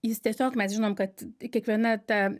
jis tiesiog mes žinom kad kiekviena ta